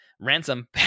Ransom